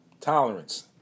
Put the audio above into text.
tolerance